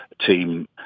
team